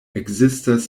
ekzistas